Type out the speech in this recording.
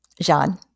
Jean